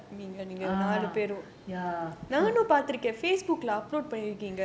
uh ya so